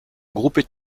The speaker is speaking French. groupes